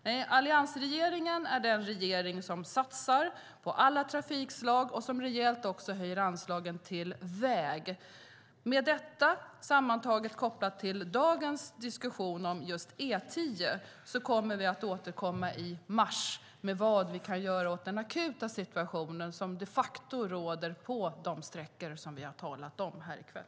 Nej, alliansregeringen är den regering som satsar på alla trafikslag och som höjer anslagen rejält också till väg. Om detta, kopplat till dagens diskussion om E10, kommer vi att återkomma i mars med vad vi kan göra åt den akuta situation som de facto råder på de sträckor som vi har talat om här i kväll.